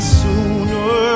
sooner